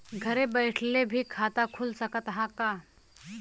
घरे बइठले भी खाता खुल सकत ह का?